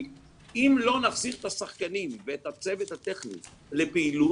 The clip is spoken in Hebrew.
אם לא נחזיר את השחקנים ואת הצוות הטכני לפעילות,